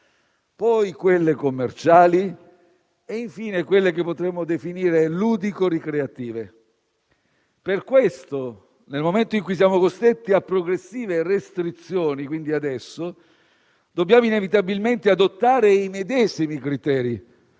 poi quelle commerciali e, infine, quelle che potremmo definire ludico-ricreative. Per questo, nel momento in cui siamo costretti a progressive restrizioni, quindi adesso, dobbiamo inevitabilmente adottare i medesimi criteri,